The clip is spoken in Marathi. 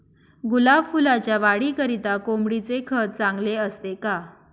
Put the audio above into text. गुलाब फुलाच्या वाढीकरिता कोंबडीचे खत चांगले असते का?